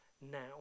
now